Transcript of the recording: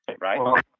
right